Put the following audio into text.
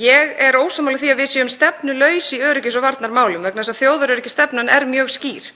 Ég er ósammála því að við séum stefnulaus í öryggis- og varnarmálum vegna þess að þjóðaröryggisstefnan er mjög skýr.